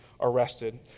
arrested